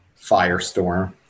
firestorm